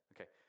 okay